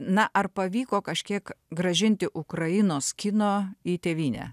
na ar pavyko kažkiek grąžinti ukrainos kino į tėvynę